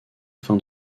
afin